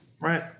Right